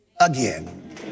again